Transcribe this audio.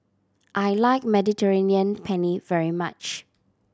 I like Mediterranean Penne very much